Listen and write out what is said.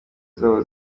zabo